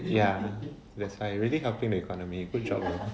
ya that's why really helping the economy good job though